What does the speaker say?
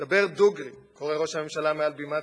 "דבר דוגרי", קורא ראש הממשלה מעל בימת האו"ם,